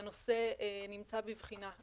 והנושא נמצא בבחינה.